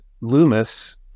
Loomis